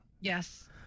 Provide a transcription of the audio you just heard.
Yes